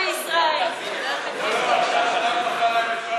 מרצ וקבוצת סיעת הרשימה המשותפת לא נתקבלה.